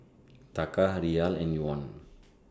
Taka Riyal and Yuan